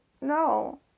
No